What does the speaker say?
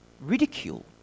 ridicule